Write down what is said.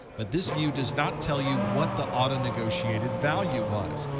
but this view does not tell you what the auto-negotiated value was.